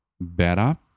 better